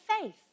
faith